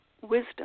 wisdom